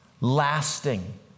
lasting